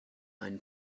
ein